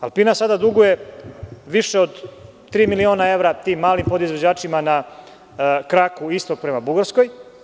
Alpina“ sada duguje više od tri miliona evra tim malim podizvođačima na kraku istok prema Bugarskoj.